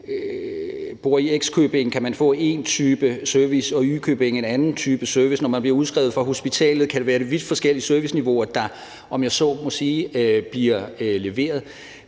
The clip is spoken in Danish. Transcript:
bor i X-købing, kan man få én type service, og hvis man bor i Y-købing, kan man få en anden type service, og når man bliver udskrevet fra hospitalet, kan det være vidt forskellige serviceniveauer, der bliver leveret,